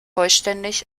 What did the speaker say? vollständig